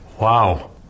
Wow